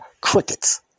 crickets